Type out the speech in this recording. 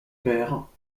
père